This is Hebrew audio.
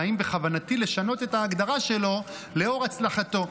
ואם בכוונתי לשנות את ההגדרה שלו לאור הצלחתו.